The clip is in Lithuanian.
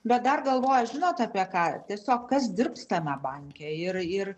bet dar galvoju žinot apie ką tiesiog kas dirbs tame banke ir ir